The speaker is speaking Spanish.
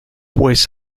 pues